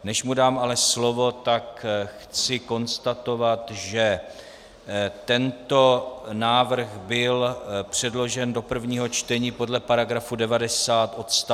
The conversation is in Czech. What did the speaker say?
Než mu dám ale slovo, tak chci konstatovat, že tento návrh byl předložen do prvého čtení podle § 90 odst.